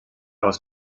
aus